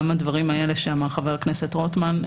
גם הדברים האלה שאמר חבר הכנסת רוטמן,